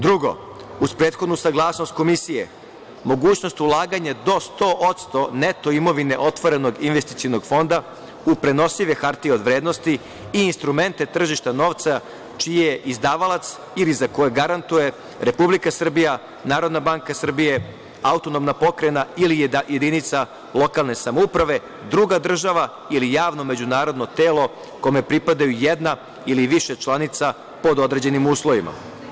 Drugo, uz prethodnu saglasnost komisije mogućnost ulaganja do 100% neto imovine otvorenog investicionog fonda u prenosive hartije od vrednosti i instrumente tržišta novca čiji je izdavalac, ili za koje garantuje Republika Srbija, Narodna banka Srbije, autonomna pokrajina ili jedinica lokalne samouprave, druga država ili javno međunarodno telo kome pripadaju jedna ili više članica pod određenim uslovima.